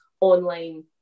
online